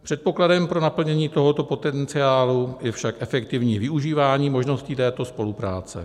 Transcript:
Předpokladem pro naplnění tohoto potenciálu je však efektivní využívání možností této spolupráce.